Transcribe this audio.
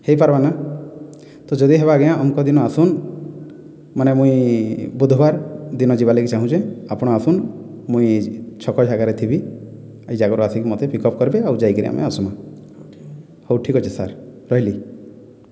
ହେଇପାରବା ନା ତ ଯଦି ହେବା ଆଜ୍ଞା ଅମକ ଦିନ ଆସନ୍ ମାନେ ମୁଇଁ ବୁଧବାର ଦିନ ଯିବାର୍ ଲାଗି ଚାହୁଁଚେଁ ଆପଣ ଆସୁନ୍ ମୁଇଁ ଛକ ଜାଗାରେ ଥିବି ଏଇ ଜାଗାରୁ ଆସିକି ମୋତେ ପିକପ୍ କର୍ବେ ଆଉ ଯାଇକିରି ଆମେ ଆସ୍ମା ହଉ ଠିକ ଅଛେ ସାର୍ ରହିଲି